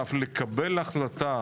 לקבל החלטה